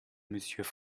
monsieur